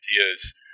ideas